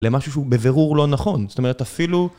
למשהו שהוא בבירור לא נכון, זאת אומרת אפילו...